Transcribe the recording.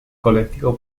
colectivo